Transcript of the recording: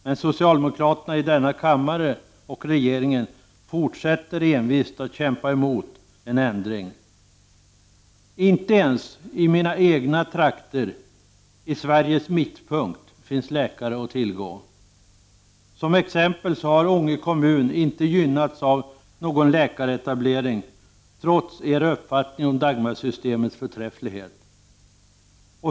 Men socialdemokraterna i denna kammare och regeringen fortsätter envist att kämpa emot en ändring. Inte ens i mina hemtrakter, Sveriges mittpunkt, finns det läkare att tillgå. Ånge kommun t.ex. har inte gynnats när det gäller läkaretablering, trots er uppfattning om Dagmarsystemets förträfflighet.